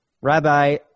Rabbi